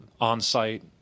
on-site